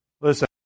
Listen